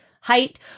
height